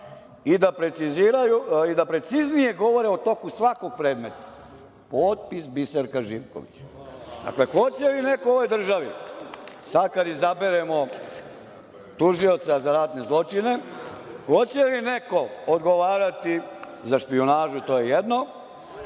i da preciznije govore o toku svakog predmeta. Potpis - Biserka Živković. Dakle, hoće li neko u ovoj državi, sad kada izaberemo tužioca za ratne zločine, hoće li neko odgovarati za špijunažu? To je jedno,